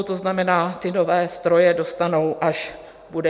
To znamená, ty nové stroje dostanou, až bude jaro.